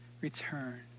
return